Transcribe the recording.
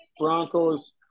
Broncos